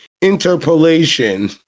interpolation